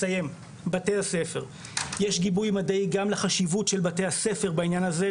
יש גיבוי מדעי גם לחשיבות של בתי הספר בעניין הזה,